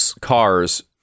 cars